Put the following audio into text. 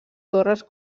torres